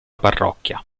parrocchia